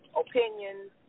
opinions